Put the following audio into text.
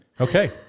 Okay